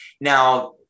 now